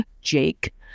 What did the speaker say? Jake